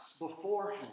beforehand